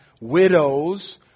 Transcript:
widows